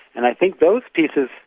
and i think those pieces.